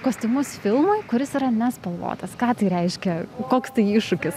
kostiumus filmui kuris yra nespalvotas ką tai reiškia koks tai iššūkis